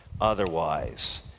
otherwise